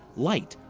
light,